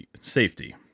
safety